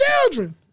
children